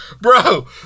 Bro